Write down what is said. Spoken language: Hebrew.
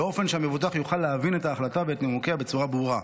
באופן שהמבוטח יוכל להבין את ההחלטה ואת נימוקיה בצורה ברורה.